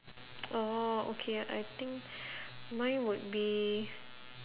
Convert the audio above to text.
orh okay I think mine would be